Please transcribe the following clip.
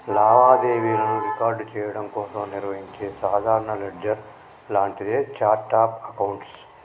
లావాదేవీలను రికార్డ్ చెయ్యడం కోసం నిర్వహించే సాధారణ లెడ్జర్ లాంటిదే ఛార్ట్ ఆఫ్ అకౌంట్స్